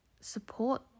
support